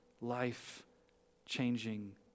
life-changing